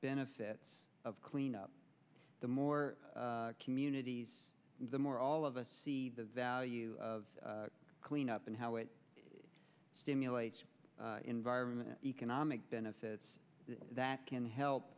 benefit of clean up the more communities the more all of us see the value of clean up and how it stimulates the environment economic benefits that can help